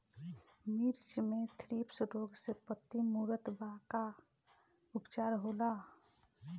मिर्च मे थ्रिप्स रोग से पत्ती मूरत बा का उपचार होला?